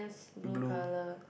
blue